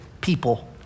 people